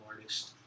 artist